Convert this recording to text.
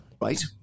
Right